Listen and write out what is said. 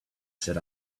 said